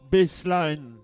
Baseline